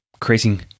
creating